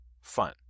fun